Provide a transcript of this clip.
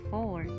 Four